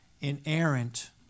inerrant